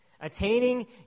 attaining